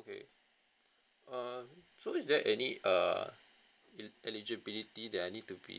okay um so is there any err el~ eligibility that I need to be